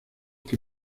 que